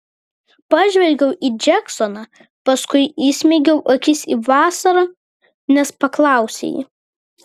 pažvelgiau į džeksoną paskui įsmeigiau akis į vasarą nes paklausė ji